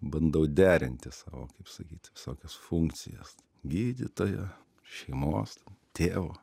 bandau derinti savo kaip sakyt visokias funkcijas gydytojo šeimos tėvo